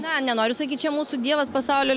na nenoriu sakyt čia mūsų dievas pasaulio